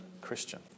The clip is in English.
Christian